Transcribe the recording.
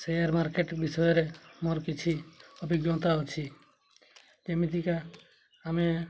share market ବିଷୟରେ ମୋର କିଛି ଅଭିଜ୍ଞତା ଅଛି ଯେମିତିକା ଆମେ